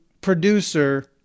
producer